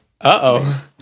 Uh-oh